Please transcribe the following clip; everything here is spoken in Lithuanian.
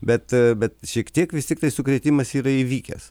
bet bet šiek tiek vis tiktai sukrėtimas yra įvykęs